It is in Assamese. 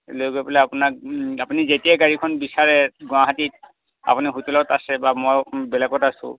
লৈ গৈ পালে আপোনাক আপুনি যেতিয়াই গাড়ীখন বিচাৰে গুৱাহাটীত আপুনি হোটেলত আছে বা মই বেলেগত আছোঁ